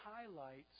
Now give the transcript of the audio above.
highlights